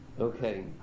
Okay